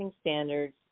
standards